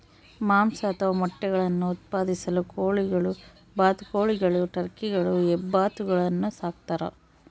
ಮಾಂಸ ಅಥವಾ ಮೊಟ್ಟೆಗುಳ್ನ ಉತ್ಪಾದಿಸಲು ಕೋಳಿಗಳು ಬಾತುಕೋಳಿಗಳು ಟರ್ಕಿಗಳು ಹೆಬ್ಬಾತುಗಳನ್ನು ಸಾಕ್ತಾರ